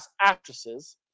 actresses